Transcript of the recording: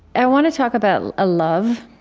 i want to talk about a love,